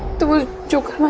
the joker?